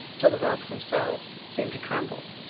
till the rocks themselves seemed to tremble.